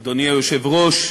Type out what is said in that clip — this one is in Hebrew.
אדוני היושב-ראש,